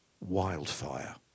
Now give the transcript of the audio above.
wildfire